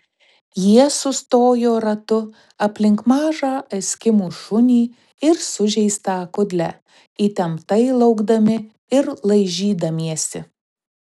jie sustojo ratu aplink mažą eskimų šunį ir sužeistą kudlę įtemptai laukdami ir laižydamiesi